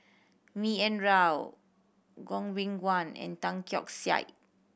B N Rao Goh Beng Kwan and Tan Keong Saik